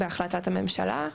בהחלטת הממשלה.